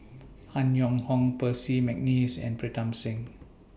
Han Yong Hong Percy Mcneice and Pritam Singh